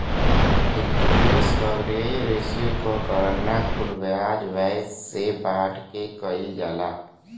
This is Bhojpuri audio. इंटरेस्ट कवरेज रेश्यो क गणना कुल ब्याज व्यय से बांट के किहल जाला